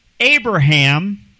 Abraham